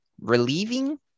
relieving